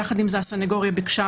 עם זאת, הסנגוריה ביקשה